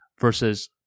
versus